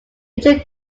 major